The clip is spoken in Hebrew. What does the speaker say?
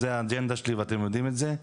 זה האג'נדה שלי ואתם יודעים את זה.